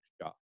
job